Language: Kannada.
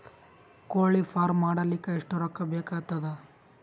ಕೋಳಿ ಫಾರ್ಮ್ ಮಾಡಲಿಕ್ಕ ಎಷ್ಟು ರೊಕ್ಕಾ ಬೇಕಾಗತದ?